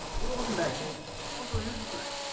welcome back see also. here's the thing